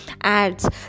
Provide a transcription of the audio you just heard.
ads